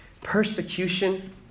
persecution